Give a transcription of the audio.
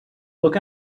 look